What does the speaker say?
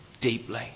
deeply